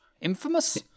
Infamous